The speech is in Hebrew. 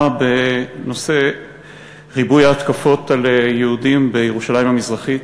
בנושא ריבוי ההתקפות על יהודים בירושלים המזרחית.